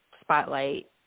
spotlight